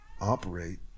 Operate